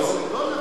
לא, לא נתנו,